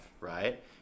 right